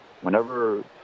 whenever